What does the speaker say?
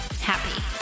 happy